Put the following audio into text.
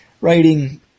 Writing